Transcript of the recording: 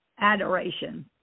adoration